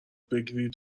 بگیرید